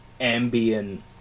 ambient